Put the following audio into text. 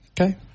Okay